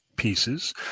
pieces